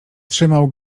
trzymał